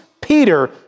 Peter